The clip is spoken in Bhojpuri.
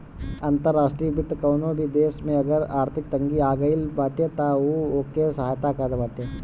अंतर्राष्ट्रीय वित्त कवनो भी देस में अगर आर्थिक तंगी आगईल बाटे तअ उ ओके सहायता करत बाटे